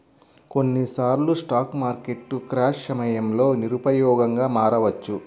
కొన్నిసార్లు స్టాక్ మార్కెట్లు క్రాష్ సమయంలో నిరుపయోగంగా మారవచ్చు